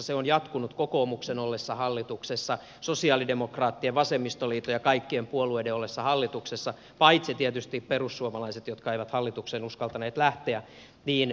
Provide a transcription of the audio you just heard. se on jatkunut kokoomuksen ollessa hallituksessa sosialidemokraattien vasemmistoliiton ja kaikkien puolueiden ollessa hallituksessa paitsi tietysti perussuomalaisten jotka eivät hallitukseen uskaltaneet lähteä